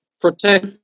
Protect